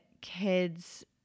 kids